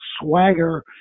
swagger